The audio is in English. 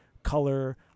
Color